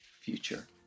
future